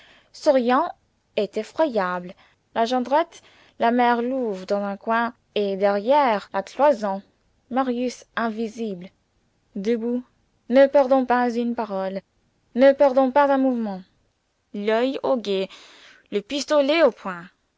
souriant et effroyable la jondrette la mère louve dans un coin et derrière la cloison marius invisible debout ne perdant pas une parole ne perdant pas un mouvement l'oeil au guet le pistolet au poing